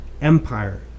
Empire